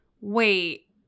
wait